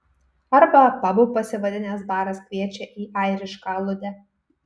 arba pabu pasivadinęs baras kviečia į airišką aludę